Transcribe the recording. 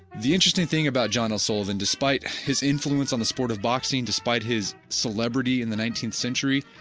the interesting thing about john l. sullivan, despite his influence on the sport of boxing despite his celebrity in the nineteenth century,